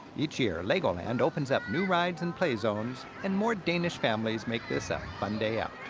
each year, legoland opens up new rides and play zones and more danish families make this a fun day out.